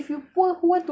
ya lah